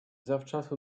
zawczasu